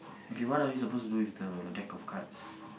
okay what are we supposed to do with the deck of cards